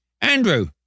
Andrew